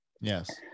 Yes